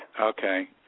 Okay